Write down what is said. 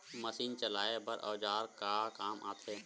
Machine चलाए बर औजार का काम आथे?